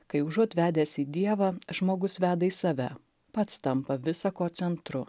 kai užuot vedęs į dievą žmogus veda į save pats tampa visa ko centru